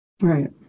Right